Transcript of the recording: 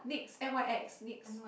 Nyx n_y_x Nyx